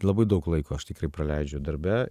labai daug laiko aš tikrai praleidžiu darbe